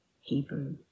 Hebrew